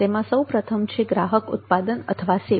તેમાં સૌપ્રથમ છે ગ્રાહક ઉત્પાદન અથવા સેવા